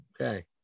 Okay